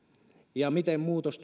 ja miten muutos